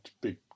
big